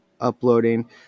uploading